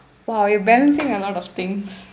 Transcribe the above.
!wow! you're balancing a lot of things